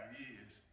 years